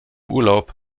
urlaub